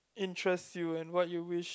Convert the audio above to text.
interests you and what you wish